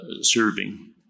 serving